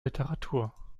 literatur